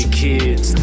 kids